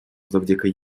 завдяки